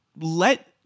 let